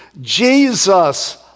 Jesus